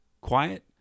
quiet